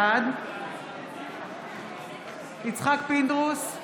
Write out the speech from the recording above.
בעד יצחק פינדרוס,